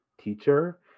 teacher